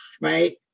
right